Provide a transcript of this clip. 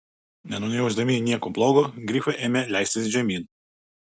nenujausdami nieko blogo grifai ėmė leistis žemyn